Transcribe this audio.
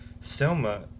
Selma